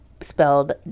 spelled